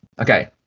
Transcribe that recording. Okay